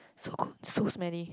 so good so smelly